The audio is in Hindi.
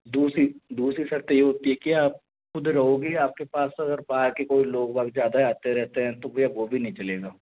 दूसरी दूसरी शर्त ये होती है कि आप खुद रहोगे या आपके पास अगर बाहर के कोई लोग बाग ज़्यादा आते रहते हैं तो भैया वो भी नहीं चलेगा